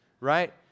Right